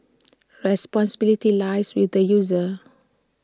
responsibility lies with the user